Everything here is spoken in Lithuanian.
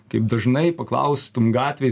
kaip dažnai paklaustum gatvėj